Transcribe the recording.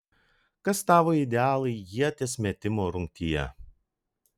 kas tavo idealai ieties metimo rungtyje